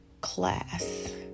class